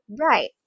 Right